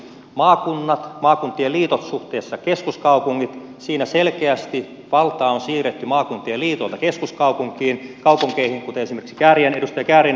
maakunnat maakuntien liitot suhteessa keskuskaupunkeihin siinä selkeästi valtaa on siirretty maakuntien liitoilta keskuskaupunkeihin kuten esimerkiksi edustaja kääriäinen totesi